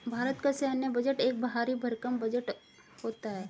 भारत का सैन्य बजट एक भरी भरकम बजट होता है